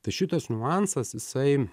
tai šitas niuansas jisai